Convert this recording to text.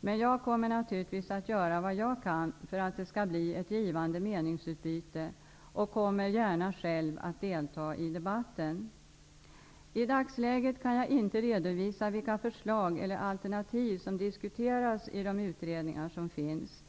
Men jag kommer naturligtvis att göra vad jag kan för att det skall bli ett givande meningsutbyte och kommer gärna själv att delta i debatten. I dagsläget kan jag inte redovisa vilka förslag eller alternativ som diskuteras i de utredningar som finns.